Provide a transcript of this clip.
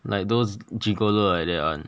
like those like that one